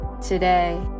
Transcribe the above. today